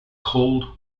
cold